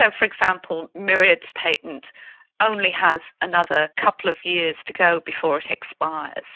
ah for example, myriad's patent only has another couple of years to go before it expires.